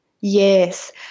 Yes